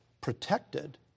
protected